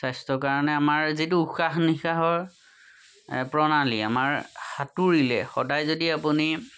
স্বাস্থ্যৰ কাৰণে আমাৰ যিটো উশাহ নিশাহৰ প্ৰণালী আমাৰ সাঁতুৰিলে সদায় যদি আপুনি